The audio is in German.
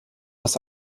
das